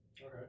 Okay